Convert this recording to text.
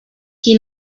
qui